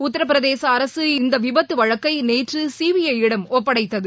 உத்தரப்பிரதேசஅரசு இந்தவிபத்துவழக்கைநேற்றுசிபிஐ யிடம் ஒப்படைத்தது